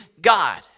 God